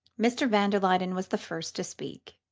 mr. van der luyden was the first to speak.